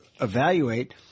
evaluate